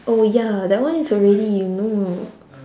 oh ya that one is already you know